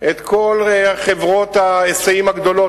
את כל הנציגים של חברות ההיסעים הגדולות,